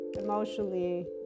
emotionally